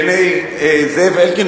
בעיני זאב אלקין,